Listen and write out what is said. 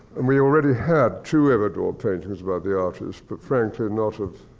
and we already had two ever draw paintings about the arches, but frankly, not of